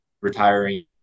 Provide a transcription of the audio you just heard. retiring